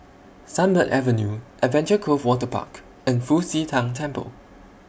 Sunbird Avenue Adventure Cove Waterpark and Fu Xi Tang Temple